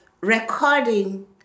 recording